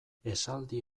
esaldi